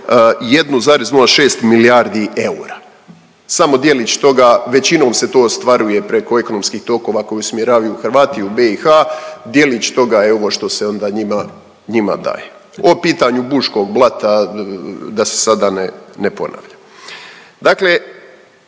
1,06 milijardi eura. Samo djelić toga većinom se to ostvaruje preko ekonomskih tokova koji usmjeravaju Hrvati u BiH. Djelić toga je ovo što se onda njima daje, o pitanju Buškog blata da se sada ne ponavljam.